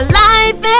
life